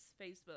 Facebook